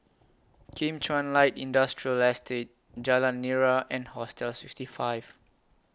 Kim Chuan Light Industrial Estate Jalan Nira and Hostel sixty five